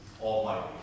Almighty